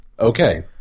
Okay